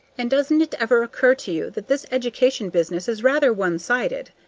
and doesn't it ever occur to you that this education business is rather one-sided?